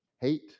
hate